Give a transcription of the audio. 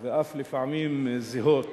ואף לפעמים זהות,